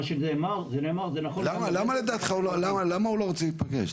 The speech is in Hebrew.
מה שנאמר זה נאמר למה לדעתך הוא לא רוצה להיפגש?